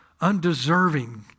undeserving